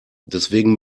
deswegen